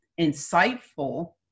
insightful